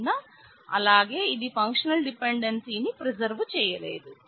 కావున అలాగే ఇది ఫంక్షనల్ డిపెండెన్సీ ని ప్రిసర్వ్ చేయలేదు